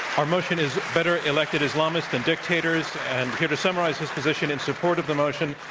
our motion is, better elected islamists than dictators. and here to summarize his position in support of the motion,